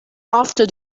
after